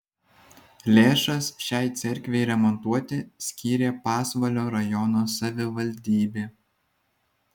lėšas šiai cerkvei remontuoti skyrė pasvalio rajono savivaldybė